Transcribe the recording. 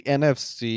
nfc